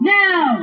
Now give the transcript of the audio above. now